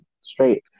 straight